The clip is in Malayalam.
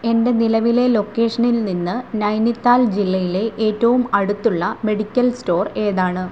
എൻ്റെ നിലവിലെ ലൊക്കേഷനിൽ നിന്ന് നൈനിത്താൽ ജില്ലയിലെ ഏറ്റവും അടുത്തുള്ള മെഡിക്കൽ സ്റ്റോർ ഏതാണ്